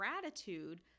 gratitude